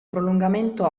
prolungamento